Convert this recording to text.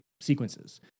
sequences